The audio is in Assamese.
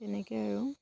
তেনেকেই আৰু